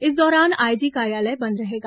इस दौरान आईजी कार्यालय बंद रहेगा